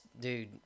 dude